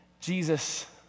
Jesus